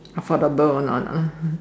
affordable on a